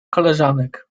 koleżanek